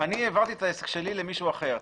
אני העברתי את העסק שלי למישהו אחר.